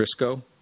Trisco